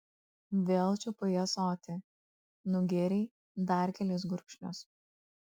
vėl čiupai ąsotį nugėrei dar kelis gurkšnius